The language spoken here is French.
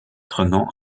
renan